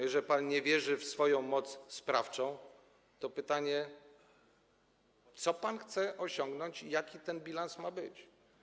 Jeżeli pan nie wierzy w swoją moc sprawczą, to pytanie, co pan chce osiągnąć i jaki ten bilans ma być.